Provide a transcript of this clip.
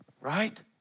Right